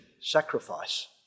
sacrifice